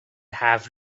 حرف